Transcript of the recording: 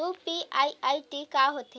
UPI ID का होथे?